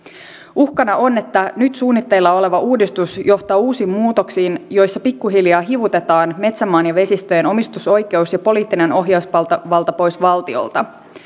uhkana on että nyt suunnitteilla oleva uudistus johtaa uusiin muutoksiin joissa pikkuhiljaa hivutetaan metsämaan ja vesistöjen omistusoikeus ja poliittinen ohjausvalta pois valtiolta